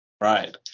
Right